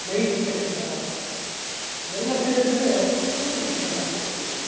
ನೈತಿಕ ಶಿಕ್ಷಣ ಇದೆಲ್ಲ ಸೇರಿದರೇನೆ ಪೂರ್ತಿ ಶಿಕ್ಷಣ ಆಗ್ತದೆ